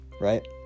right